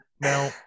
Now